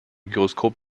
gyroskop